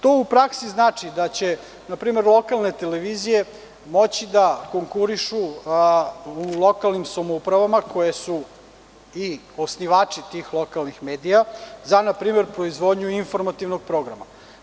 To u praksi znači da će, npr, lokalne televizije moći da konkurišu u lokalnim samoupravama koje su i osnivači tih lokalnih medija za, npr, proizvodnju informativnog programa.